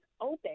open